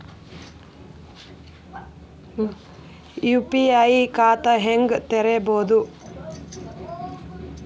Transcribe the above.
UPI ಖಾತಾ ಹೆಂಗ್ ತೆರೇಬೋದು?